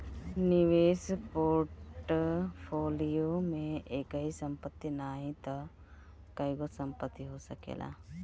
निवेश पोर्टफोलियो में एकही संपत्ति नाही तअ कईगो संपत्ति हो सकेला